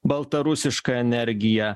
baltarusiška energija